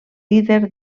líder